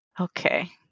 Okay